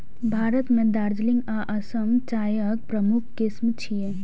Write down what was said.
भारत मे दार्जिलिंग आ असम चायक प्रमुख किस्म छियै